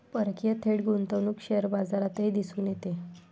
परकीय थेट गुंतवणूक शेअर बाजारातही दिसून येते